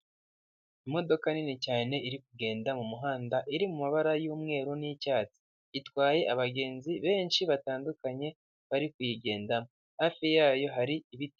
Imodoka nini cyane iri kugenda mu muhanda, iri mu mabara y'umweru n'icyatsi, Itwaye abagenzi benshi batandukanye, bari kuyigendamo. Hafi yayo hari ibiti.